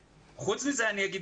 חוץ מזה אני אגיד,